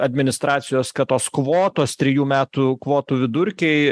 administracijos kad tos kvotos trijų metų kvotų vidurkiai